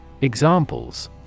Examples